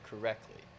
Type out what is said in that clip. correctly